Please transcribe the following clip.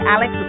Alex